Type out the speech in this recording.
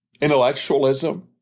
intellectualism